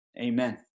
Amen